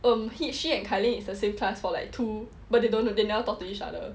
um he she and kai ling actually it's the same class for like two but they don't they never talk to each other